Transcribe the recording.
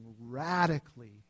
radically